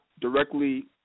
directly